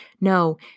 No